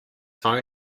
phone